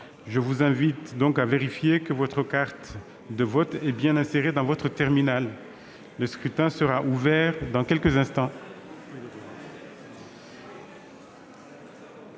je vous invite à vérifier que votre carte de vote est bien insérée dans votre terminal. Le scrutin est ouvert. Personne ne demande